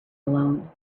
alone